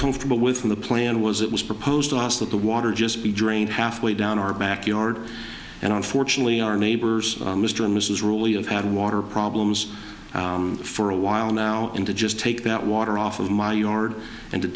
comfortable with in the plan was it was proposed to us that the water just be drained half way down our back yard and unfortunately our neighbors mr and mrs rule you have had water problems for a while now and to just take that water off of my yard and